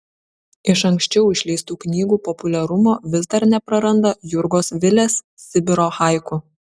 iš anksčiau išleistų knygų populiarumo vis dar nepraranda jurgos vilės sibiro haiku